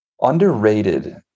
underrated